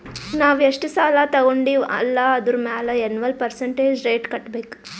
ನಾವ್ ಎಷ್ಟ ಸಾಲಾ ತೊಂಡಿವ್ ಅಲ್ಲಾ ಅದುರ್ ಮ್ಯಾಲ ಎನ್ವಲ್ ಪರ್ಸಂಟೇಜ್ ರೇಟ್ ಕಟ್ಟಬೇಕ್